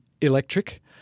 electric